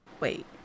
wait